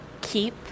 keep